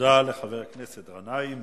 תודה לחבר הכנסת גנאים,